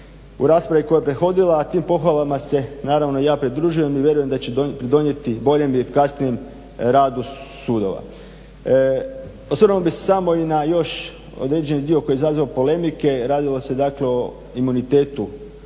u raspravi koja je prethodila, a tim pohvalama se naravno ja pridružujem i vjerujem da će pridonijeti boljem i efikasnijem radu sudova. Osvrnuo bih se samo i na još određeni dio koji izaziva polemike, radilo se dakle o imunitetu